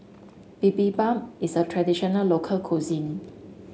Bibimbap is a traditional local cuisine